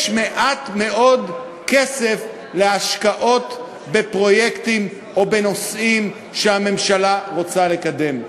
יש מעט מאוד כסף להשקעות בפרויקטים או בנושאים שהממשלה רוצה לקדם.